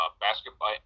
basketball